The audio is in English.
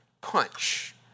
punch